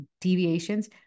deviations